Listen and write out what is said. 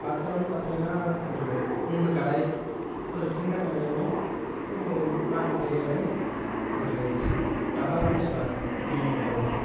பாத்திரன்னு பார்த்தீங்கனா ஒரு மூணு கடாய் ஒரு சின்ன கடாய் ஒன்று ஒரு நான்கு பெரிய கடாய் ஒரு டபரான்னு சொல்லுவாங்க பிரியாணி பண்ணுறதுல